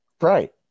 Right